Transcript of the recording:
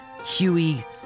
Huey